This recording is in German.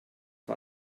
war